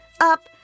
Up